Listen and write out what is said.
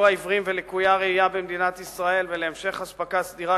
העיוורים ולקויי הראייה במדינת ישראל ולהמשך אספקה סדירה